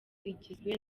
igizwe